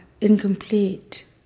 incomplete